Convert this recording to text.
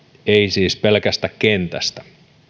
ei siis pelkästä kentästä